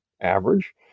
average